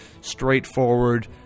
straightforward